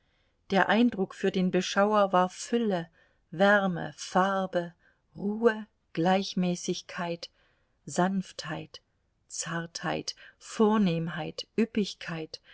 der eindruck für den beschauer war fülle wärme farbe ruhe gleichmäßigkeit sanftheit zartheit vornehmheit üppigkeit